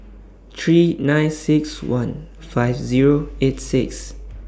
three nine six one five Zero eight six